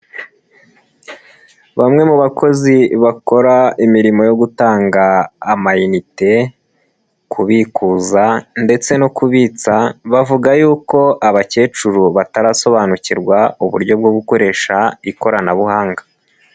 Bamwe mu bakozi bakora imirimo yo gutanga amayite, kubikuza ndetse no kubitsa, bavuga y'uko abakecuru batarasobanukirwa uburyo bwo gukoresha ikoranabuhanga.